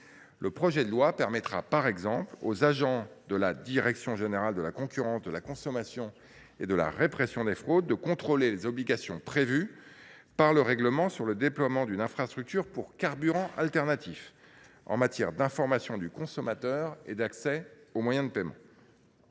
Le projet de loi permettra, par exemple, aux agents de la direction générale de la concurrence, de la consommation et de la répression des fraudes (DGCCRF) de contrôler les obligations prévues par le règlement sur le déploiement d’une infrastructure pour carburants alternatifs en matière d’information du consommateur et d’accès aux moyens de paiement.